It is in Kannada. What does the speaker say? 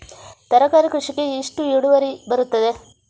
ತರಕಾರಿ ಕೃಷಿಗೆ ಎಷ್ಟು ಇಳುವರಿ ಬರುತ್ತದೆ?